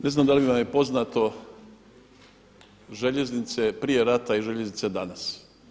Ne znam da li vam je poznato željeznice prije rata i željeznice danas.